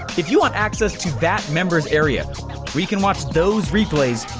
if you want access to that members area where you can watch those replays,